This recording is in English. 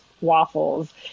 Waffles